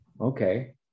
okay